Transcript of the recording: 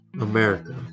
America